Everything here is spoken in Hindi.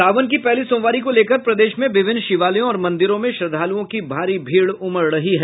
सावन की पहली सोमवारी को लेकर प्रदेश में विभिन्न शिवालयों और मंदिरों में श्रद्वालुओं की भारी भीड़ उमड़ रही है